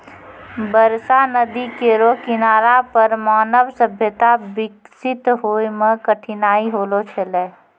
बरसा नदी केरो किनारा पर मानव सभ्यता बिकसित होय म कठिनाई होलो छलै